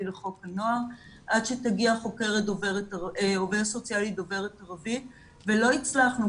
לחוק הנוער עד שתגיע עובדת סוציאלית דוברת ערבית ולא הצלחנו,